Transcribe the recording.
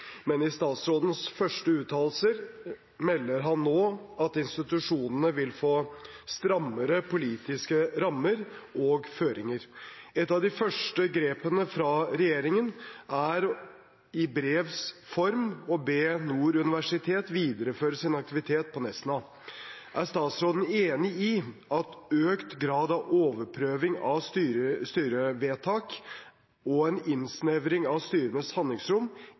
føringer. Et av de første grepene fra regjeringen er å i brevs form be Nord universitet videreføre sin aktivitet på Nesna. Er statsråden enig i at økt grad av overprøving av styrevedtak og en innsnevring av styrenes handlingsrom